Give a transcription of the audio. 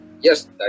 yes